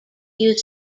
used